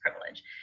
privilege